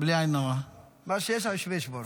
מה שיש, השם ישמור.